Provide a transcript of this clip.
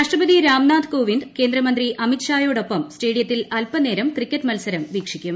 രാഷ്ട്രപതി രാംനാഥ് കോവിന്ദ് കേന്ദ്രമന്ത്രി അമിത്ഷായോടൊപ്പം സ്റ്റേഡിയത്തിൽ അൽപ്പനേരം ക്രിക്കറ്റ് മൽസരം വീക്ഷിക്കും